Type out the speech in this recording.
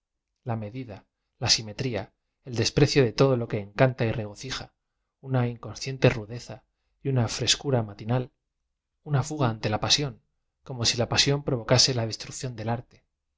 la medida la si metria el desprecio de todo lo que encanta y regoci ja una inconsciente rudeza y una frescura matinal una fuga ante la pasión como si la pasión provocase la destrucción del arte